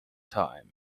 time